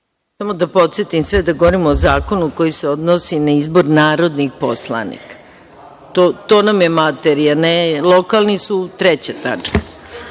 Samo da podsetim sve da govorimo o zakonu koji se odnosi na izbor narodnih poslanika. To nam je materija. Lokalni su treća tačka.